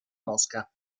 mosca